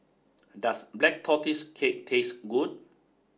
does Black Tortoise Cake taste good